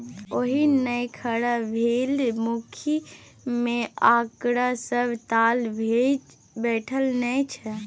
ओहिना नै खड़ा भेलै मुखिय मे आंकड़ाक सभ ताल भांज बैठा नेने छल